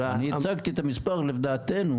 אני הצגתי את המספר לדעתנו,